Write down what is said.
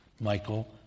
Michael